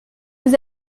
vous